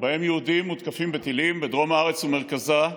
שבהם יהודים מותקפים בטילים בדרום הארץ ובמרכזה,